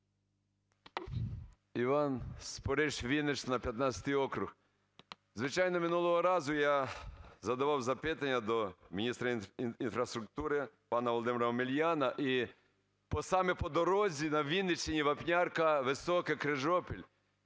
Іван Спориш, Вінниччина, 15 округ. Звичайно, минулого разу я задавав запитання до міністра інфраструктури пана Володимира Омеляна саме по дорозі на Вінниччина Вапнярка-Високе-Крижопіль,